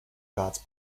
kāds